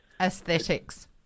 Aesthetics